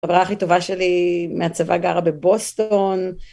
החברה הכי טובה שלי מהצבא גרה בבוסטון.